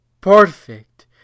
perfect